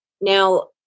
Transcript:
Now